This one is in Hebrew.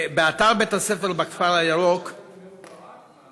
באתר בית-הספר בכפר הירוק, ישבתם עם אהוד ברק,